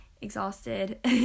exhausted